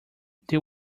they